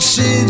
City